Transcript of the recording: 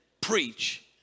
preach